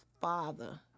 father